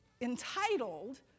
entitled